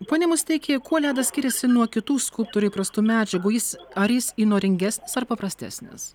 pone musteiki kuo ledas skiriasi nuo kitų skulptoriui įprastų medžiagų jis ar jis įnoringesnis ar paprastesnis